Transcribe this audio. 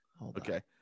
Okay